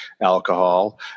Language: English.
alcohol